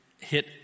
hit